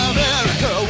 America